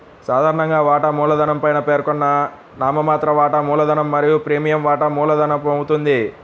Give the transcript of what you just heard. సాధారణంగా, వాటా మూలధనం పైన పేర్కొన్న నామమాత్ర వాటా మూలధనం మరియు ప్రీమియం వాటా మూలధనమవుతుంది